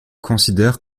considèrent